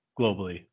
globally